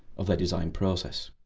of their design process.